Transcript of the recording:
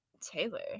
taylor